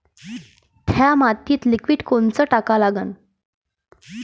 थ्या मातीत लिक्विड कोनचं टाका लागन?